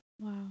Wow